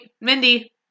Mindy